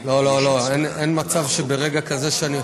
לא לא, אין מצב שברגע כזה שאני,